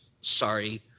Sorry